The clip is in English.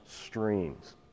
streams